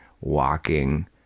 walking